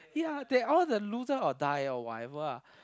ya they all the loser or die or whatever lah